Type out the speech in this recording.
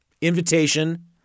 Invitation